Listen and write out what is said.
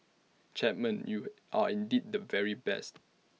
Chapman you are indeed the very best